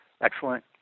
excellent